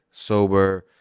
sober,